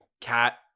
cat